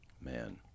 Man